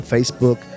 Facebook